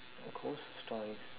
ghost stories